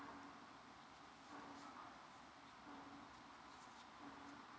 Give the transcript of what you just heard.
oh